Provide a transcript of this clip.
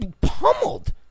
pummeled